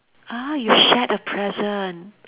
ah you shared a present